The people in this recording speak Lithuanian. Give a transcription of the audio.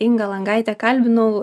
ingą langaitę kalbinau